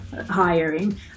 hiring